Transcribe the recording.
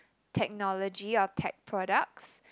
technology or tech products